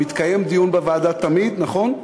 מתקיים דיון בוועדה תמיד, נכון?